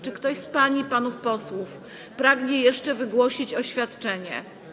Czy ktoś z pań i panów posłów pragnie jeszcze wygłosić oświadczenie?